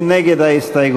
מי נגד ההסתייגות?